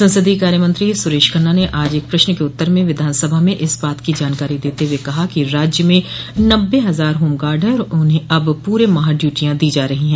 संसदीय कार्यमंत्री सुरेश खन्ना ने आज एक प्रश्न के उत्तर में विधानसभा में इस बात की जानकारी देते हुए कहा कि राज्य में नब्बे हजार होमगार्ड हैं और उन्हें अब पूरे माह ड्यूटियॉ दी जा रही हैं